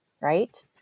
right